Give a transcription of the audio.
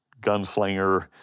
gunslinger